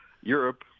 Europe